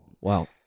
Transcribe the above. Wow